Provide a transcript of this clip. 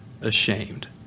ashamed